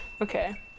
Okay